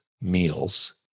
meals